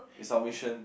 is our mission